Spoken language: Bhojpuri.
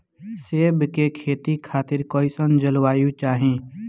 सेब के खेती खातिर कइसन जलवायु चाही?